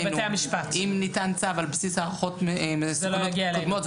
אם ניתן צו על בסיס הערכות מסוכנות קודמות,